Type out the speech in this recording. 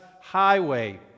highway